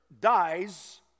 dies